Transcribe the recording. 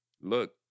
look